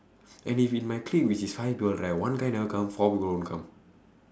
and if in my clique which is five people right one guy never come four people won't come